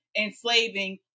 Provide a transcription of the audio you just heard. enslaving